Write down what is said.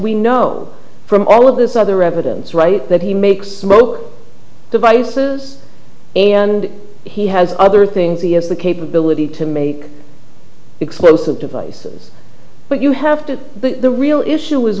we know from all of this other evidence right that he makes smoke devices and he has other things he has the capability to make explosive devices but you have to the real issue is